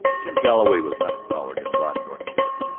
jim galloway was not a coward and rod norton knew it.